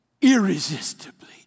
irresistibly